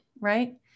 Right